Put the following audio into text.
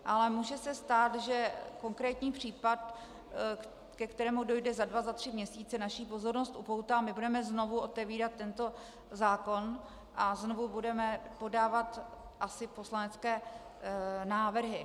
Ale může se stát, že konkrétní případ, ke kterému dojde za dva za tři měsíce, naši pozornost upoutá a my budeme znovu otevírat tento zákon a znovu budeme podávat asi poslanecké návrhy.